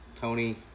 Tony